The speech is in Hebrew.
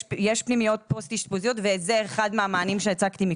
יש פנימיות פוסט-אשפוזיות וזה אחד מהמענים שהצגתי מקודם.